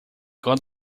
god